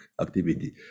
activity